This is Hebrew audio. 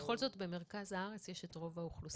בכל זאת, במרכז הארץ יש את רוב האוכלוסייה.